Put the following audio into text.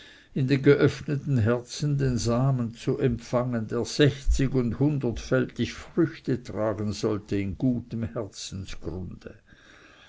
in den geöffneten herzen den samen zu empfangen der sechzig und hundertfältig früchte tragen soll in gutem herzensgrunde